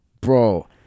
bro